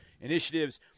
initiatives